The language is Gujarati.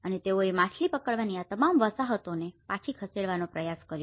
અને તેઓએ માછલી પકડવાની આ તમામ વસાહતોને પાછી ખસેડવાનો પ્રયાસ કર્યો